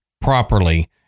properly